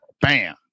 Bam